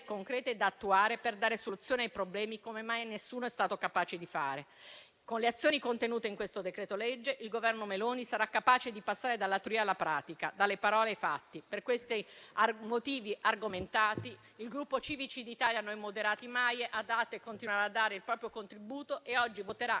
concrete da attuare per dare soluzione ai problemi come mai nessuno è stato capace di fare. Con le azioni contenute in questo decreto-legge il Governo Meloni sarà capace di passare dalla teoria alla pratica, dalle parole ai fatti. Per questi motivi argomentati, il Gruppo Civici d'Italia-Noi Moderati-MAIE ha dato e continuerà a dare il proprio contributo e oggi voterà